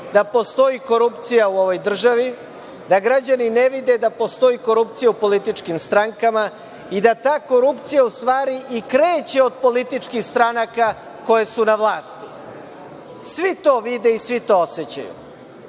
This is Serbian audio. da postoji korupcija u ovoj državi, da građani ne vide da postoji korupcija u političkim strankama i da ta korupcija u stvari i kreće od političkih stranaka koje su na vlasti? Svi to vide i svi to osećaju. Nemojte